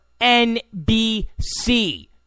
NBC